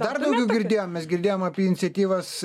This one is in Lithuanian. dar daugiau girdėjom mes girdėjom apie iniciatyvas